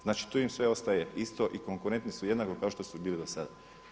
Znači, tu im sve ostaje isto i konkurentni su jednako kao što bili do sada.